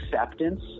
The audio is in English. acceptance